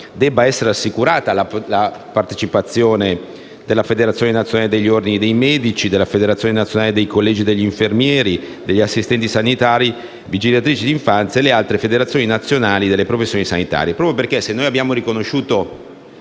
debba essere assicurata la partecipazione della Federazione nazionale degli ordini dei medici, della Federazione nazionale collegi infermieri, assistenti sanitari, vigilatrici d'infanzia e delle altre federazioni nazionali collegi delle professioni sanitarie. Se qualche settimana fa abbiamo riconosciuto